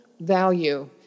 value